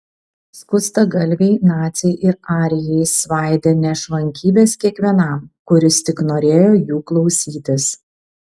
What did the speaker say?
skustagalviai naciai ir arijai svaidė nešvankybes kiekvienam kuris tik norėjo jų klausytis